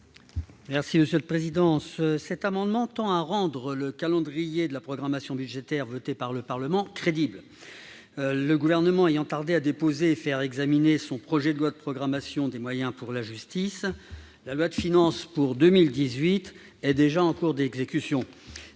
corapporteur. Le présent amendement tend à rendre crédible le calendrier de la programmation budgétaire adopté par le Parlement. En effet, le Gouvernement ayant tardé à déposer et à faire examiner son projet de loi de programmation des moyens pour la justice, la loi de finances pour 2018 est déjà en cours d'exécution